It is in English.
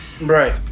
Right